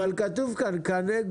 אבל כתוב כאן "קנה,